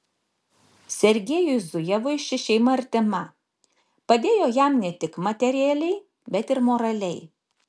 sergiejui zujevui ši šeima artima padėjo jam ne tik materialiai bet ir moraliai